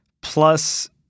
plus